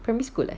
primary school ah